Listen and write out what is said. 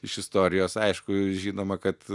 iš istorijos aišku žinoma kad